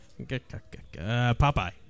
Popeye